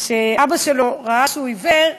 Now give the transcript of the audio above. כשאבא שלו ראה שהוא עיוור,